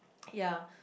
ya